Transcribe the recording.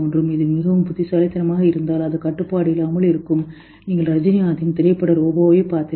இது மிகவும் புத்திசாலித்தனமாக இருந்தால் அது கட்டுப்பாடில்லாமல் இருக்கும் நீங்கள் ரஜினிகாந்தின் திரைப்பட ரோபோவைப் பார்த்தீர்கள்